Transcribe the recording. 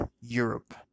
europe